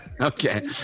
okay